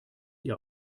ihr